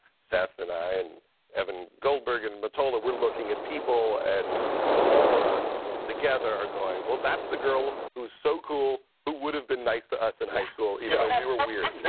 seth and i and evan goldberg and mottola, we're looking at people and all of us together are going, well, that's the girl who's so cool who would've been nice to us in high school even though we were weird.